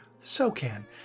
SOCAN